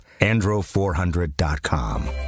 andro400.com